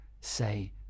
say